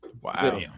Wow